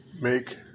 make